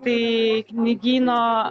tai knygyno